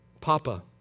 Papa